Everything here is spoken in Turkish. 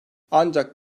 ancak